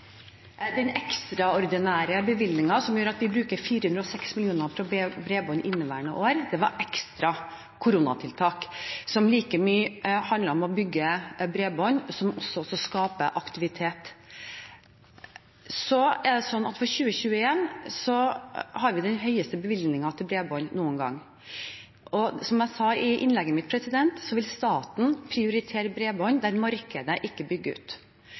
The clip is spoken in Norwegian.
Den ekstraordinære bevilgningen som gjør at vi bruker 406 mill. kr på bredbånd i inneværende år, var et ekstra koronatiltak, som handlet like mye om å bygge bredbånd som å skape aktivitet. For 2021 har vi den høyeste bevilgningen til bredbånd noen gang, og som jeg sa i innlegget mitt, vil staten prioritere bredbånd der markedet ikke bygger ut.